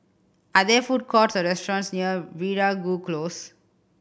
are there food courts or restaurants near Veeragoo Close